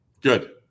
Good